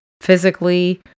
physically